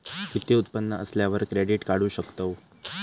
किती उत्पन्न असल्यावर क्रेडीट काढू शकतव?